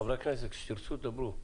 חברי הכנסת, כשתרצו תדברו.